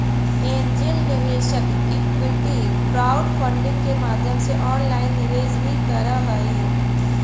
angel निवेशक equity crowdfunding के माध्यम से ऑनलाइन निवेश भी करऽ हइ